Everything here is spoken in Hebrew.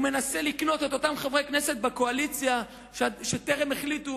הוא מנסה לקנות את אותם חברי כנסת בקואליציה שטרם החליטו